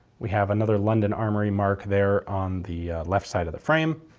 we have another london armoury mark there on the left side of the frame.